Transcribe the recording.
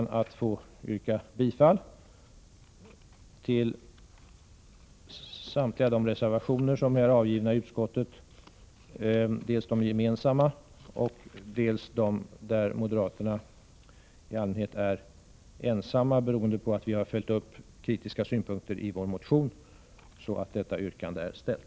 Jag ber att få yrka bifall till de reservationer som fogats till betänkandet — dels de reservationer som avgivits gemensamt av de borgerliga partierna, dels de reservationer som moderaterna ensamma, eller i något fall tillsammans med folkpartiet, avgivit.